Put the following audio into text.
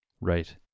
Right